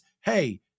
hey